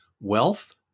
wealth